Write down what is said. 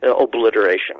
obliteration